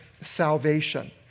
salvation